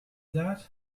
that